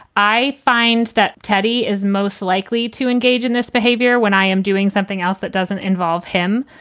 i find that teddy is most likely to engage in this behavior when i am doing something else that doesn't involve him.